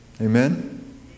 Amen